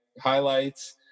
highlights